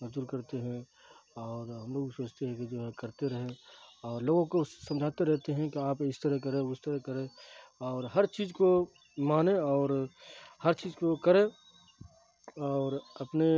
مزدور کرتے ہیں اور ہم لوگ سوچتے ہیں کہ جو ہے کرتے رہیں اور لوگوں کو سمجھاتے رہتے ہیں کہ آپ اس طرح کریں اس طرح کریں اور ہر چیز کو مانیں اور ہر چیز کو کریں اور اپنے